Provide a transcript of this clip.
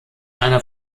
einer